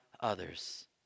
others